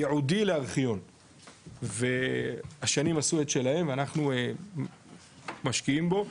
ייעודי לארכיון והשנים עשו את שלהם ואנחנו משקיעים בו.